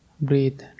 breathe